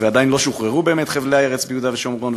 ועדיין לא שוחרו באמת חבלי הארץ ביהודה ושומרון,